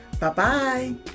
Bye-bye